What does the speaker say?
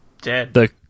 Dead